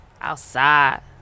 Outside